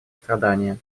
страдания